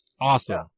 Awesome